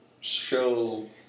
show